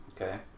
Okay